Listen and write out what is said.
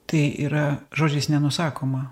tai yra žodžiais nenusakoma